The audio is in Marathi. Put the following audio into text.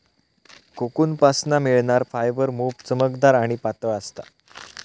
कोकूनपासना मिळणार फायबर मोप चमकदार आणि पातळ असता